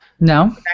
No